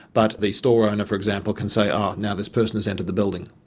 but the store owner, for example, can say um now this person has entered the building.